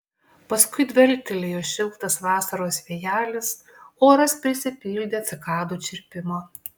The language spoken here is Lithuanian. paskui dvelktelėjo šiltas vasaros vėjelis oras prisipildė cikadų čirpimo